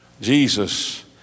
Jesus